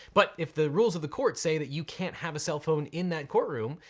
but if the rules of the court say that you can't have a cell phone in that courtroom,